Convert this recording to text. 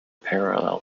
parallel